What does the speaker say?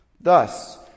Thus